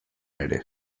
ere